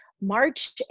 March